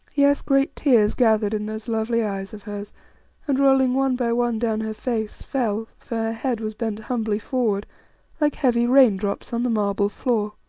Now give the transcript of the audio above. yes, great tears gathered in those lovely eyes of hers and, rolling one by one down her face, fell for her head was bent humbly forward like heavy raindrops on the marble floor.